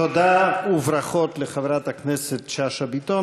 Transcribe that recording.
תודה וברכות לחברת הכנסת שאשא ביטון